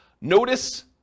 Notice